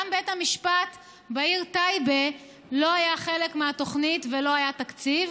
גם בית המשפט בעיר טייבה לא היה חלק מהתוכנית ולא היה תקציב,